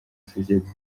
sosiyete